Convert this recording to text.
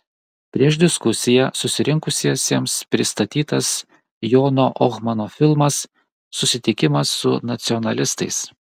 prieš diskusiją susirinkusiesiems pristatytas jono ohmano filmas susitikimas su nacionalistais